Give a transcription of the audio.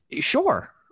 Sure